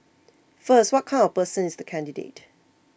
first what kind of person is the candidate